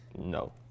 No